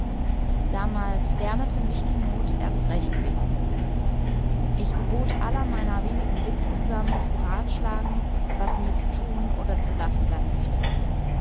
damals lernete mich die not erst recht beten ich gebot aller meiner wenigen witz zusammen zu beratschlagen was mir zu tun oder zu lassen sein möchte